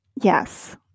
Yes